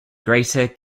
greater